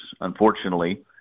unfortunately